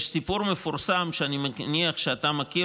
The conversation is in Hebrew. יש סיפור מפורסם שאני מניח שאתה מכיר,